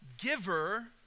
giver